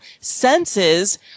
senses